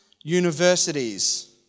universities